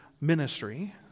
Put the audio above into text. ministry